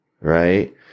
right